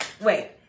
Wait